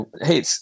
hey